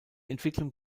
entwicklung